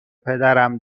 پدرم